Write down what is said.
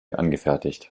angefertigt